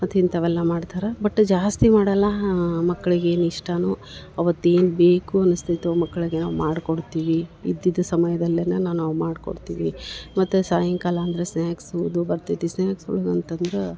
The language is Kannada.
ಮತ್ತು ಇಂಥವೆಲ್ಲ ಮಾಡ್ತರೆ ಬಟ್ ಜಾಸ್ತಿ ಮಾಡಲ್ಲ ಮಕ್ಳಿಗೆ ಏನು ಇಷ್ಟನೋ ಅವತ್ತು ಏನು ಬೇಕು ಅನಿಸ್ತೈತೋ ಮಕ್ಕಳಿಗೆ ನಾವು ಮಾಡಿಕೊಡ್ತೀವಿ ಇದ್ದಿದ್ದು ಸಮಯದಲ್ಲೆಲ್ಲ ನಾವು ಮಾಡ್ಕೊಡ್ತೀವಿ ಮತ್ತು ಸಾಯಂಕಲ ಅಂದರೆ ಸ್ನ್ಯಾಕ್ಸು ಇದು ಬರ್ತೈತಿ ಸ್ನ್ಯಾಕ್ಸು ಒಳಗೆ ಅಂತಂದ್ರ